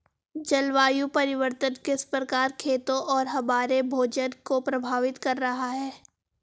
जलवायु परिवर्तन किस प्रकार खेतों और हमारे भोजन को प्रभावित कर रहा है?